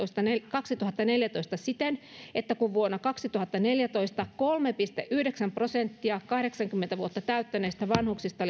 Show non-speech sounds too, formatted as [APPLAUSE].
kaksituhattaneljätoista siten että kun vuonna kaksituhattaneljätoista oli laitoshoivassa kolme pilkku yhdeksän prosenttia kahdeksankymmentä vuotta täyttäneistä vanhuksista [UNINTELLIGIBLE]